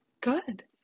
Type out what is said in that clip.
good